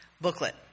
booklet